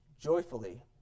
joyfully